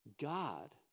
God